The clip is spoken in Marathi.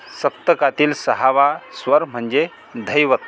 सप्तकातील सहावा स्वर म्हणजे धैवत